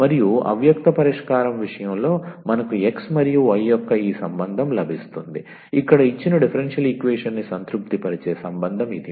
మరియు అవ్యక్త పరిష్కారం విషయంలో మనకు x మరియు y యొక్క ఈ సంబంధం లభిస్తుంది ఇక్కడ ఇచ్చిన డిఫరెన్షియల్ ఈక్వేషన్ని సంతృప్తిపరిచే సంబంధం ఇది